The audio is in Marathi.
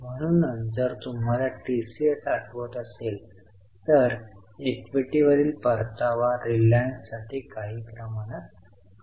म्हणूनच जर तुम्हाला टीसीएस आठवत असेल तर इक्विटीवरील परतावा रिलायन्स साठी काही प्रमाणात कमी आहे